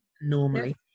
Normally